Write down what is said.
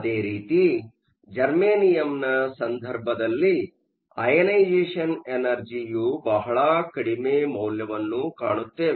ಅದೇ ರೀತಿ ಜರ್ಮೇನಿಯಂನ ಸಂದರ್ಭದಲ್ಲಿ ಅಐನೆಸೇಷನ್ ಎನರ್ಜಿಯುಯು ಬಹಳ ಕಡಿಮೆ ಮೌಲ್ಯವನ್ನು ಕಾಣುತ್ತೇವೆ